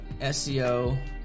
SEO